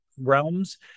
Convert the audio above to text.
realms